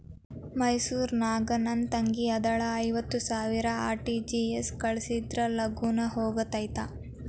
ಮೈಸೂರ್ ನಾಗ ನನ್ ತಂಗಿ ಅದಾಳ ಐವತ್ ಸಾವಿರ ಆರ್.ಟಿ.ಜಿ.ಎಸ್ ಕಳ್ಸಿದ್ರಾ ಲಗೂನ ಹೋಗತೈತ?